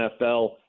NFL